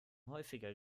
häufiger